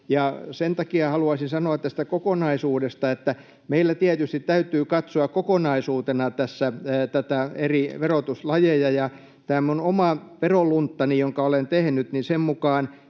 sen takia haluaisin sanoa tästä kokonaisuudesta, että meillä tietysti täytyy katsoa kokonaisuutena eri verotuslajeja. Tämän minun oman verolunttani mukaan, jonka olen tehnyt, meillä